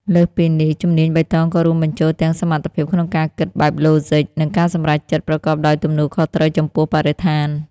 លើសពីនេះ ជំនាញបៃតងក៏រួមបញ្ចូលទាំងសមត្ថភាពក្នុងការគិតបែបឡូហ្ស៊ិក និងការសម្រេចចិត្តប្រកបដោយទំនួលខុសត្រូវចំពោះបរិស្ថាន។